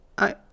I-